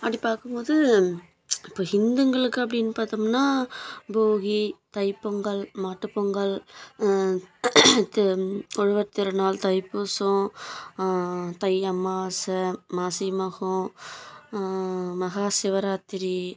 அப்படி பார்க்கும்போது இப்போ ஹிந்துகளுக்கு அப்டின்னு பார்த்தோம்ன்னா போகி தைப் பொங்கல் மாட்டுப்பொங்கல் அடுத்து உழவர் திருநாள் தைப்பூசம் தை அமாவாச மாசி மகம் மகா சிவராத்திரி